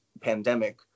pandemic